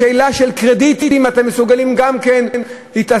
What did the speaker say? בשאלה של קרדיטים אתם מסוגלים גם כן להתעסק,